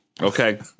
Okay